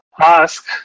ask